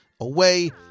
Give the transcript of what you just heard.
away